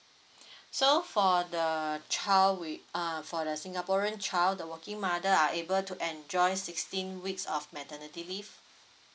so for the child with uh for the singaporean child the working mother are able to enjoy sixteen weeks of maternity leave